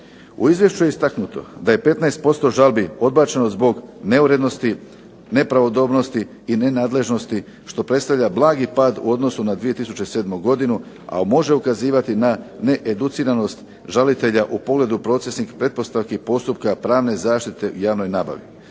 U izvješću je istaknuto da je 15% žalbi odbačeno zbog neurednosti, nepravodobnosti i nenadležnosti što predstavlja blagi pad u odnosu na 2007. godinu, a može ukazivati na needuciranost žalitelja u pogledu procesnih pretpostavki postupka pravne zaštite u javnoj nabavi.